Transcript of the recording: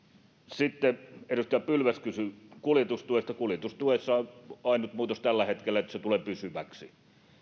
sitten edustaja pylväs kysyi kuljetustuesta kuljetustuessa on on ainut muutos tällä hetkellä se että se tulee pysyväksi